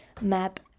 map